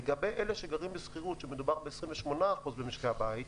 לגבי אלה שגרים בשכירות, שמדובר ב-28% ממשקי הבית,